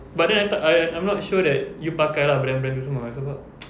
but then I thought I I'm not sure that you pakai lah brand brand itu semua sebab